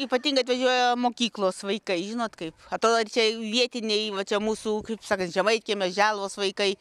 ypatingai atvažiuoja mokyklos vaikai žinot kaip atrodo čia vietiniai va čia mūsų kaip sakant žemaitkiemio želvos vaikai